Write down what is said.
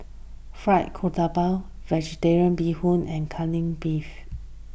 Fried Garoupa Vegetarian Bee Hoon and Kai Lan Beef